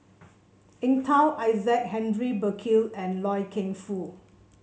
Eng Tow Isaac Henry Burkill and Loy Keng Foo